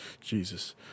Jesus